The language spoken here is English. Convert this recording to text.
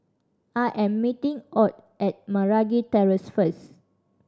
I am meeting Ott at Meragi Terrace first